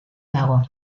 dago